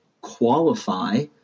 qualify